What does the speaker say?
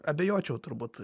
abejočiau turbūt